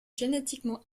génétiquement